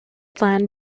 plan